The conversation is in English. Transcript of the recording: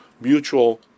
mutual